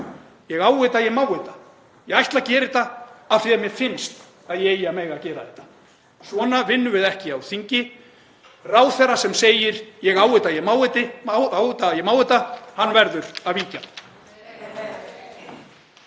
Ég á þetta, ég má þetta. Ég ætla að gera þetta af því að mér finnst að ég eigi að mega gera þetta. Svona vinnum við ekki á þingi. Ráðherra sem segir: Ég á þetta, ég má þetta, verður að víkja.